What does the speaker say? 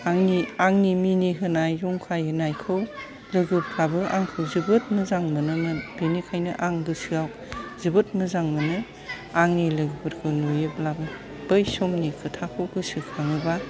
आंनि आंनि मिनिहोनाय जंखायनायखौ लोगोफ्राबो आंखौ जोबोद मोजां मोनोमोन बिनिखायनो आं गोसोआव जोबोद मोजां मोनो आंनि लोगोफोरखौ नुयोब्लाबो बै समनि खोथाखौ गोसोखाङोबा